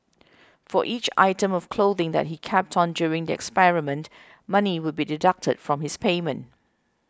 for each item of clothing that he kept on during the experiment money would be deducted from his payment